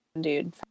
dude